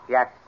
Yes